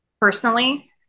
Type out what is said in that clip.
personally